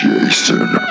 Jason